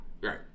Right